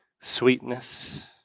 sweetness